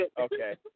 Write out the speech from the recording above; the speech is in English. Okay